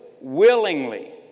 willingly